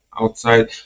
outside